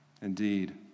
indeed